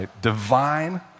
divine